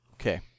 Okay